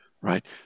right